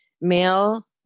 male